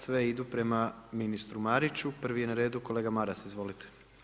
Sve idu prema ministru Mariću, prvi je na redu kolega Maras, izvolite.